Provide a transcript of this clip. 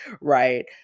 right